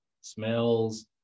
smells